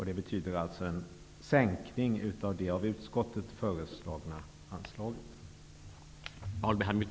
Det betyder alltså en minskning i förhållande till det av utskottet föreslagna anslaget.